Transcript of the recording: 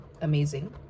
Amazing